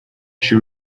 she